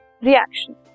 reaction